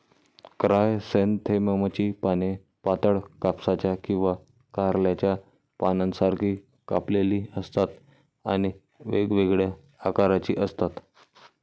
क्रायसॅन्थेममची पाने पातळ, कापसाच्या किंवा कारल्याच्या पानांसारखी कापलेली असतात आणि वेगवेगळ्या आकाराची असतात